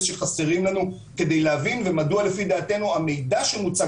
שחסרים לנו כדי להבין ומדוע לפי דעתנו המידע שמוצג